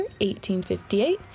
1858